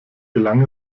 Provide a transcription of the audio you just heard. gelang